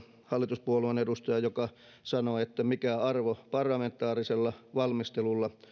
hallituspuolueen edustaja joka sanoi mikä arvo parlamentaarisella valmistelulla